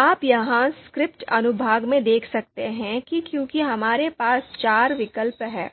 तो आप यहाँ स्क्रिप्ट अनुभाग में देख सकते हैं कि क्योंकि हमारे पास चार विकल्प हैं